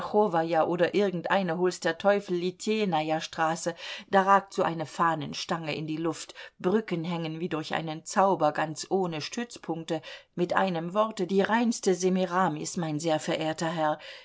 oder irgendeine hol's der teufel litejnaja straße da ragt so eine fahnenstange in die luft brücken hängen wie durch einen zauber ganz ohne stützpunkte mit einem worte die reinste semiramis mein sehr verehrter herr